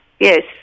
yes